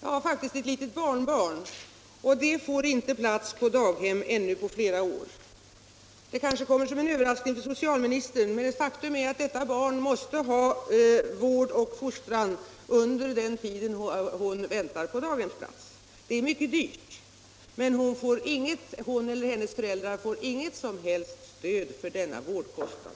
Jag har faktiskt ett litet barnbarn, och det får inte plats på daghem ännu på flera år. Det kanske kommer som en överraskning för socialministern, men faktum är att detta barn måste ha vård och fostran under den tid hon väntar på daghemsplats. Det är mycket dyrt, men hon eller hennes föräldrar får inget som helst stöd när det gäller denna vårdkostnad.